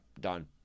done